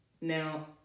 Now